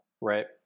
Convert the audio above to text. Right